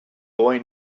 boy